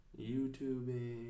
YouTubing